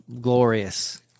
glorious